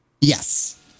Yes